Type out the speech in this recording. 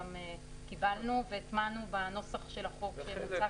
קיבלנו והטמענו בנוסח של החוק שמוצע כיום.